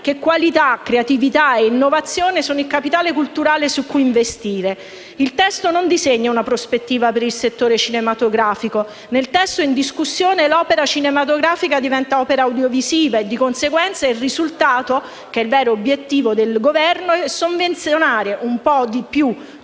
che qualità, creatività e innovazione sono il capitale culturale su cui investire. Il testo non disegna una prospettiva per il settore cinematografico: nel testo in discussione l’opera cinematografica diventa opera audiovisiva, e di conseguenza il risultato, che è il vero obiettivo del Governo, è sovvenzionare un po’ di più